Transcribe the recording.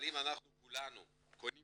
אבל אם אנחנו כולנו קונים